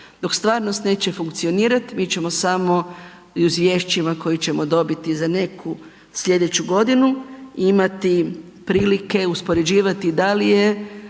Dok stvarnost neće funkcionirat mi ćemo samo u izvješćima koji ćemo dobiti za neku slijedeću godinu imati prilike uspoređivati da li je